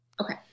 Okay